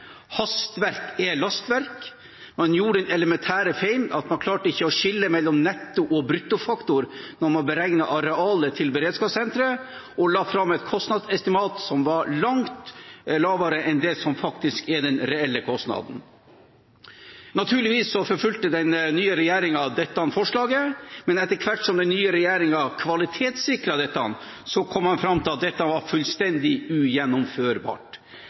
Hastverk er lastverk. Man gjorde den elementære feilen at man ikke klarte å skille mellom netto- og bruttofaktor da man beregnet arealet til beredskapssenteret, og la fram et kostnadsestimat som var langt lavere enn det som faktisk er den reelle kostnaden. Naturligvis forfulgte den nye regjeringen dette forslaget, men etter hvert som den nye regjeringen kvalitetssikret dette, kom man fram til at dette var fullstendig ugjennomførbart.